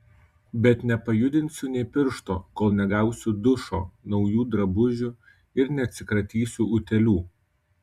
bet nepajudinsiu nė piršto kol negausiu dušo naujų drabužių ir neatsikratysiu utėlių